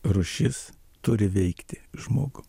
rūšis turi veikti žmogų